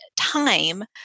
time